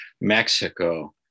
mexico